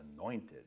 anointed